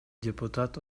депутат